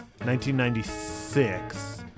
1996